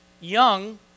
young